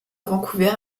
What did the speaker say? vancouver